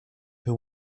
per